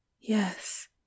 Yes